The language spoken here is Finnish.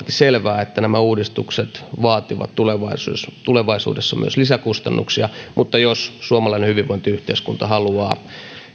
selvää että nämä uudistukset vaativat tulevaisuudessa myös lisäkustannuksia mutta jos suomalainen hyvinvointiyhteiskunta haluaa